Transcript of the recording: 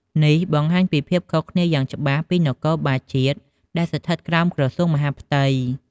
នេះបង្ហាញពីភាពខុសគ្នាយ៉ាងច្បាស់ពីនគរបាលជាតិដែលស្ថិតក្រោមក្រសួងមហាផ្ទៃ។